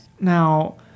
Now